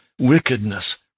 Wickedness